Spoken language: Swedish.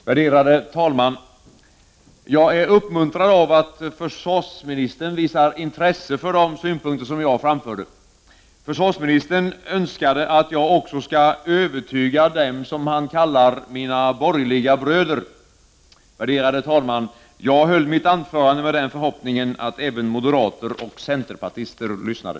Värderade talman! Jag är uppmuntrad av att försvarsministern visar intresse för de synpunkter som jag framförde. Försvarsministern önskade att jag också skall övertyga dem som han kallar mina borgerliga bröder. Värderade talman! Jag höll mitt anförande med den förhoppningen att även moderater och centerpartister lyssnade.